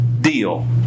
deal